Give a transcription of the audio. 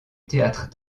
théâtre